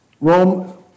Rome